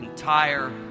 entire